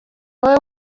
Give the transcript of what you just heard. wowe